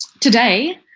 Today